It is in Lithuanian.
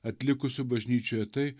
atlikusiu bažnyčioje tai